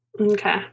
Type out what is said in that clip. Okay